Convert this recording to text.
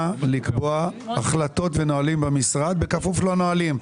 לקבוע החלטות ונהלים במשרד בכפוף לנהלים.